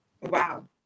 Wow